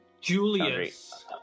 Julius